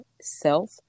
self